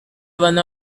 one